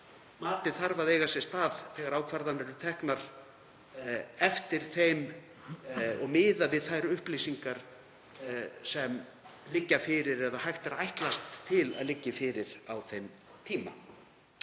Matið þarf að eiga sér stað þegar ákvarðanir eru teknar, miðað við þær upplýsingar sem liggja fyrir eða hægt er að ætlast til að liggi fyrir þeim tíma.